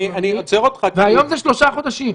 והיום זה שלושה חודשים.